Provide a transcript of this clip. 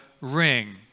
ring